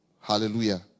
Hallelujah